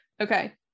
Okay